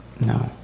No